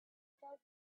fell